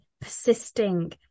persisting